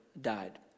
died